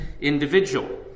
individual